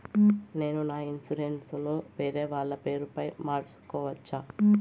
నేను నా ఇన్సూరెన్సు ను వేరేవాళ్ల పేరుపై మార్సుకోవచ్చా?